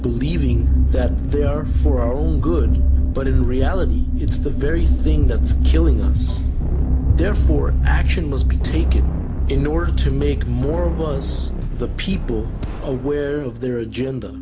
believing that there for all good but who reality it's the very thing that's killing us therefore action must be taken in order to make more was the people aware of their agenda